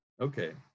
Okay